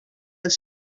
els